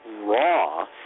raw